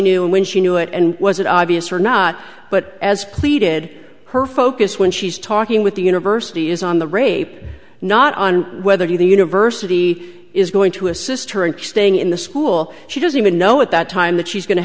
knew and when she knew it and was it obvious or not but as pleaded her focus when she's talking with the university is on the rape not on whether the university is going to assist her in staying in the school she doesn't even know at that time that she's going to